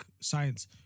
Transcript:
Science